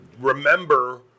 remember